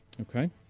Okay